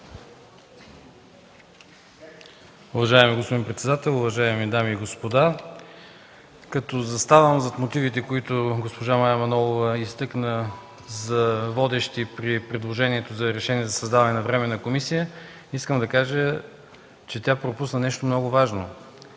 Уважаеми господин председател, уважаеми дами и господа! Като заставам зад мотивите, които изтъкна госпожа Манолова за водещи при предложението за решение за създаване на временна комисия, искам да кажа, че тя пропусна нещо много важно.